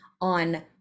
on